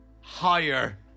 Higher